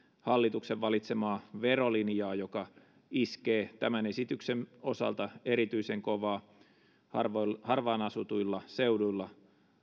hallituksen valitsemaa verolinjaa joka iskee tämän esityksen osalta erityisen kovaa harvaan asutuilla seuduilla